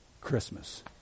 Christmas